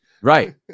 Right